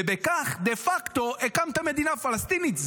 ובכך דה פקטו הקמתם מדינה פלסטינית.